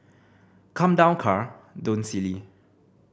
come down car don't silly